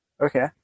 Okay